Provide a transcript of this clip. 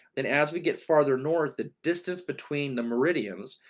and as we get farther north, the distance between the meri ians,